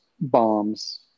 bombs